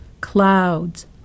clouds